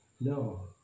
No